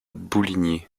bouligny